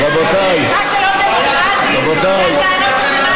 מה שלא דמוקרטי זה הטענות שמעלים אחר כך.